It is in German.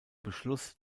beschluss